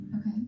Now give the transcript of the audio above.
Okay